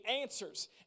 answers